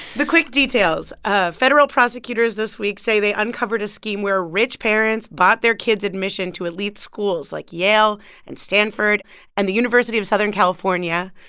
the quick details ah federal prosecutors this week say they uncovered a scheme where rich parents bought their kids admission to elite schools, like yale and stanford and the university of southern california.